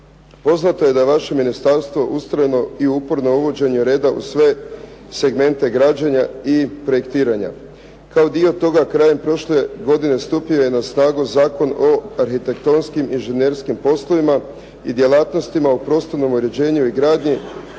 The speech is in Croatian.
poznato je da vaše ministarstvo ustrojno i uporno uvođenje reda u sve segmente građenja i projektiranja. Kao dio toga krajem prošle godine stupio je na snagu Zakon o arhitektonskim i inženjerskim poslovima i djelatnostima u prostornom uređenju i gradnji